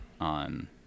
on